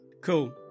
Cool